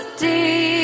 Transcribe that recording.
deep